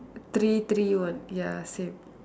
three three one ya same